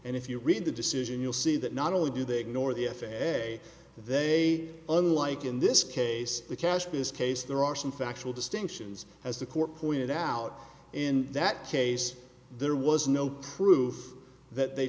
and if you read the decision you'll see that not only do they ignore the f a a they unlike in this case the cashless case there are some factual distinctions as the court pointed out in that case there was no proof that they